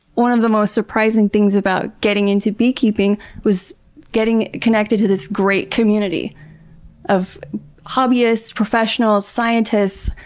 one of the most surprising things about getting into beekeeping was getting connected to this great community of hobbyists, professionals, scientists.